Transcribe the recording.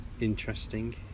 interesting